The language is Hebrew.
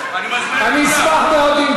אני מזמין אותך.